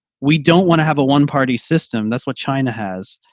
we don't want to have a one party system. that's what china has.